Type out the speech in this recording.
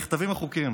נכתבים החוקים,